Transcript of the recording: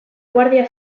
guardia